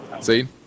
See